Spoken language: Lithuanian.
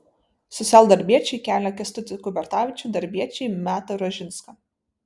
socialdarbiečiai kelia kęstutį kubertavičių darbiečiai metą ražinską